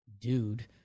dude